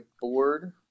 board